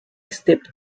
stepped